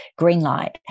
Greenlight